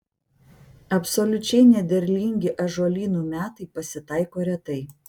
absoliučiai nederlingi ąžuolynų metai pasitaiko retai